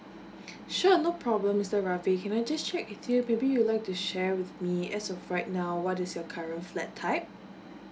sure no problem mister ravi can I just check with you maybe you like to share with me as of right now what is your current flat type